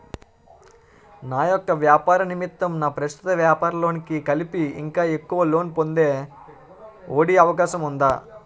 నా యెక్క వ్యాపార నిమిత్తం నా ప్రస్తుత వ్యాపార లోన్ కి కలిపి ఇంకా ఎక్కువ లోన్ పొందే ఒ.డి అవకాశం ఉందా?